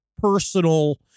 personal